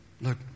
Look